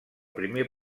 primer